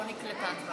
לא נתקבלה.